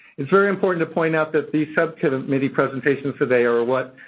it's very important to point out that these subcommittee presentations today are what,